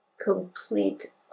complete